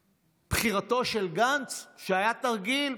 בחירתו של גנץ, שהייתה תרגיל.